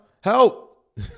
help